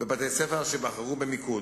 בבתי-ספר אשר ייבחרו במיקוד,